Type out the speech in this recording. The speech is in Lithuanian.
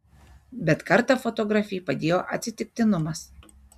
bet kartą fotografei padėjo atsitiktinumas